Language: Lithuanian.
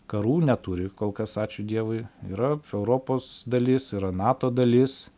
karų neturi kol kas ačiū dievui yra europos dalis yra nato dalis